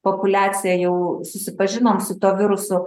populiacija jau susipažinom su tuo virusu